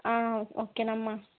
ఓకేనమ్మా